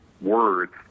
words